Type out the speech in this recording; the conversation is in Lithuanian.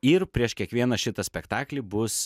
ir prieš kiekvieną šitą spektaklį bus